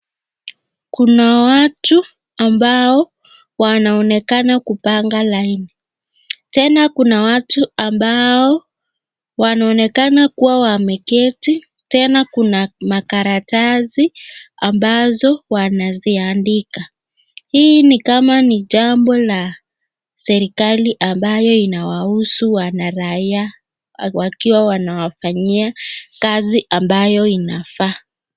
Kuna watu ambao wanaonekana kupanga laini tena kuna watu ambao wanaonekana kuwa wameketi tena kuna makaratasi ambazo wanaziandika, hii ni kama ni jambo la serekali ambayo inawauzu wanaraia wakiwa wanswafanyia kazi ambao inafaa.